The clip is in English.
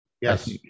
Yes